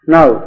Now